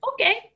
okay